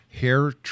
hair